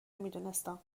میدونستم